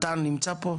מתן נמצא פה?